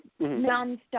nonstop